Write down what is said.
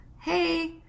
Hey